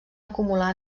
acumular